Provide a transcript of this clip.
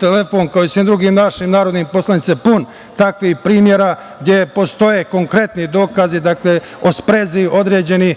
telefon, kao i svim drugim našim narodnim poslanicima, pun takvih primera gde postoje konkretni dokazi o sprezi određenih